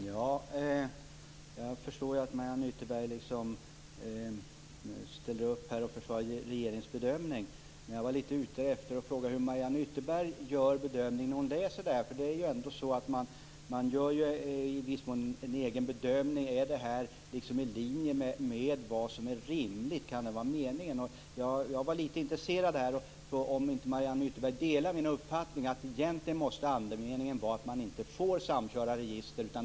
Fru talman! Jag förstår att Mariann Ytterberg ställer upp och försvarar regeringens bedömning. Men jag var ute efter att fråga hur Mariann Ytterberg gör bedömningen när hon läser detta. I viss mån gör man ju ändå en egen bedömning av om det hela är i linje med vad som är rimligt och om det kan vara meningen. Jag var litet intresserad av att veta om inte Mariann Ytterberg delar min uppfattning om att andemeningen egentligen måste vara att man inte får samköra register.